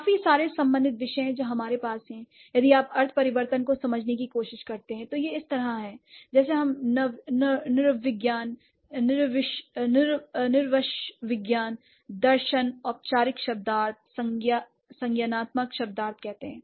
काफी सारे संबंधित विषय हैं जो हमारे पास हैं यदि आप अर्थ परिवर्तन को समझने की कोशिश करते हैं तो यह इस तरह है जैसे हम नृविज्ञान नृवंशविज्ञान दर्शन औपचारिक शब्दार्थ संज्ञानात्मक शब्दार्थ कहते हैं